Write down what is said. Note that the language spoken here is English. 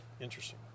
Interesting